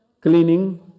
cleaning